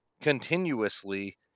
continuously